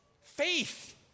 faith